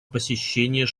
посещение